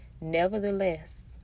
nevertheless